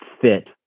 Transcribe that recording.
fit